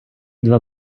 два